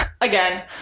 again